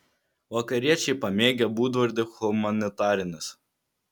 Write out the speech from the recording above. vakariečiai pamėgę būdvardį humanitarinis